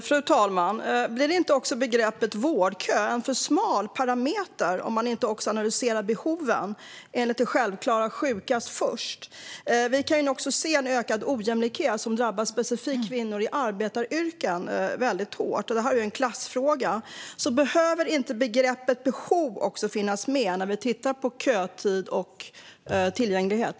Fru talman! Blir inte begreppet vårdkö en för smal parameter om man inte också analyserar behoven enligt det självklara "sjukast först"? Vi kan också se en ökad ojämlikhet som drabbar specifikt kvinnor i arbetaryrken hårt. Det är en klassfråga. Behöver inte begreppet behov också finnas med när vi tittar på kötid och tillgänglighet?